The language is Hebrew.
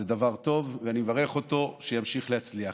זה דבר טוב, ואני מברך אותו שימשיך להצליח.